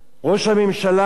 ראש הממשלה,